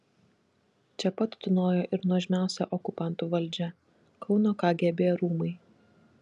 čia pat tūnojo ir nuožmiausia okupantų valdžia kauno kgb rūmai